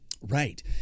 right